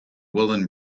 woolen